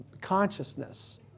consciousness